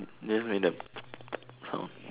then when the sound